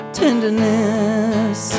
tenderness